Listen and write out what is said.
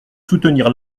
soutenir